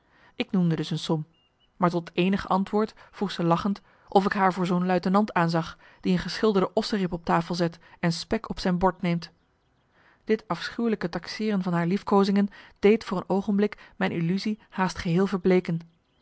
ik noemde dus een som maar tot eenig antwoord vroeg ze lachend of ik haar voor zoo'n luitenant aanzag die een geschilderde marcellus emants een nagelaten bekentenis osserib op tafel zet en spek op zijn bord neemt dit afschuwelijke taxeeren van haar liefkoozingen deed voor een oogenblik mijn illusie haast geheel verbleeken